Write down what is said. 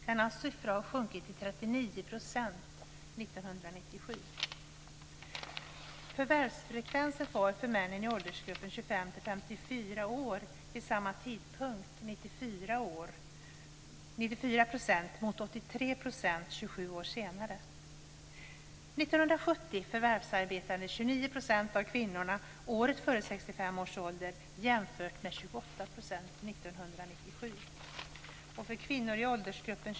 Den siffran sjönk till 39 % år 1997.